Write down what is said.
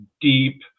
deep